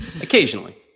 Occasionally